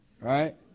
right